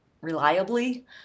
reliably